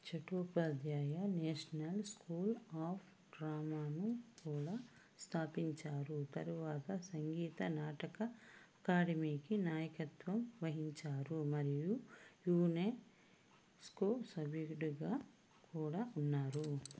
Chattopadhyay national school of డ్రామాను కూడా స్థాపించారు తరువాత సంగీత నాటక అకాడమీకి నాయకత్వం వహించారు మరియు యునెస్కో సభ్యుడిగా కూడా ఉన్నారు